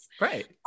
Right